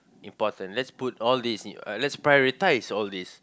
important let's put all these in uh let's prioritise all these